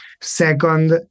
Second